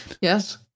Yes